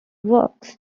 works